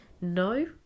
no